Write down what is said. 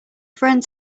friend